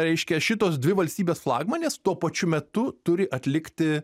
reiškia šitos dvi valstybės flagmanės tuo pačiu metu turi atlikti